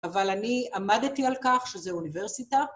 אבל אני עמדתי על כך שזה אוניברסיטה.